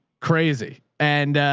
crazy. and